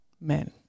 men